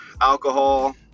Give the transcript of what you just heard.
alcohol